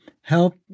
help